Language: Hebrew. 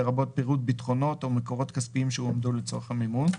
לרבות פירוט ביטחונות או מקורות כספיים שהועמדו לצורך המימון.